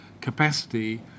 capacity